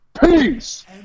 Peace